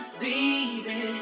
baby